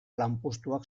lanpostuak